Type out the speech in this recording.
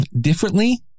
differently